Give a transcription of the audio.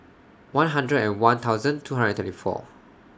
one hundred and one thousand twenty four